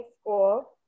school